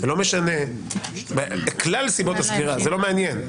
ולא משנה כלל סיבות הסגירה, זה לא מעניין.